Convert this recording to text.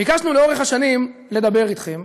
ביקשנו לאורך השנים לדבר אתכם,